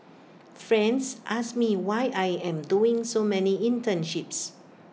friends ask me why I am doing so many internships